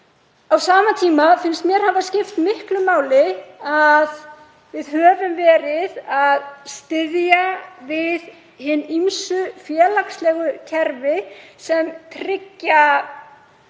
Á sama tíma finnst mér hafa skipt miklu máli að við höfum stutt við hin ýmsu félagslegu kerfi sem tryggja